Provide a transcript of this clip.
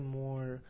more